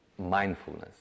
Mindfulness